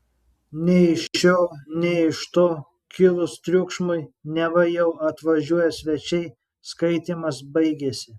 nei iš šio nei iš to kilus triukšmui neva jau atvažiuoją svečiai skaitymas baigėsi